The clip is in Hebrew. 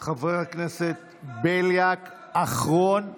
את היחידה, חבר הכנסת בליאק אחרון הדוברים.